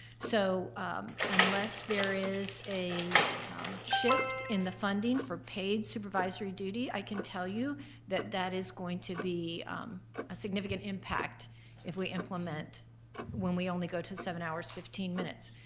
so unless there is a shift in the funding for paid supervisory duty, i can tell you that that is going to be a significant impact if we implement when we only go to seven hours, fifteen minutes.